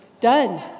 Done